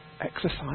exercise